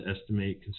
estimate